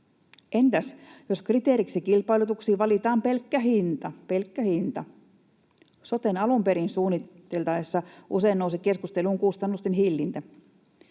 Entäs jos kriteeriksi kilpailutuksiin valitaan pelkkä hinta, pelkkä hinta? Sotea alun perin suunniteltaessa usein nousi keskusteluun kustannusten hillintä.